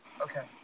Okay